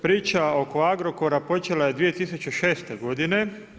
Priča oko Agrokora počela je 2006. godine.